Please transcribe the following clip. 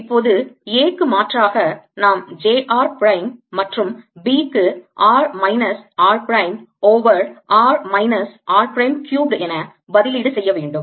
இப்போது A க்கு மாற்றாக நாம் j r பிரைம் மற்றும் B க்கு r minus r prime over r minus r prime cubed என பதிலீடு செய்ய வேண்டும்